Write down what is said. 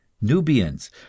Nubians